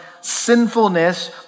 sinfulness